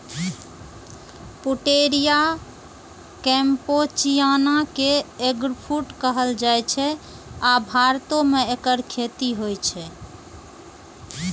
Pouteria campechiana कें eggfruit कहल जाइ छै, आ भारतो मे एकर खेती होइ छै